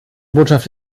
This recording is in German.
botschaft